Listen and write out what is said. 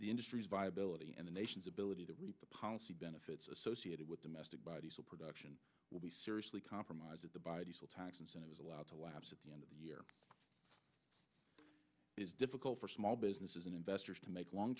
the industry's viability and the nation's ability to reap the policy benefits associated with domestic biodiesel production will be seriously compromised at the biodiesel tax incentives allowed to lapse at the end of the year is difficult for small businesses and investors to make long